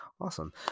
Awesome